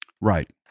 Right